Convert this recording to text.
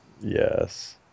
Yes